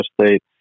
State